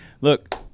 Look